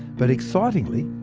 but excitingly,